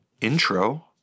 intro